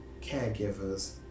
caregivers